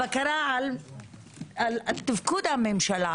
הבקרה על תפקוד הממשלה,